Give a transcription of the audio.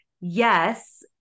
yes